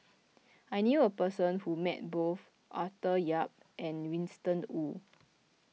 I knew a person who met both Arthur Yap and Winston Oh